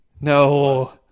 no